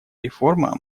реформа